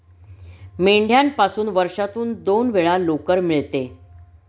मेंढ्यापासून वर्षातून दोन वेळा लोकर मिळते